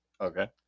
Okay